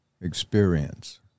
experience